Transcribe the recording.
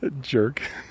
jerk